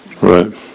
Right